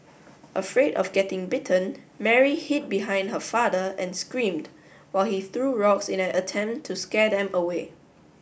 afraid of getting bitten Mary hid behind her father and screamed while he threw rocks in an attempt to scare them away